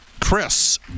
Chris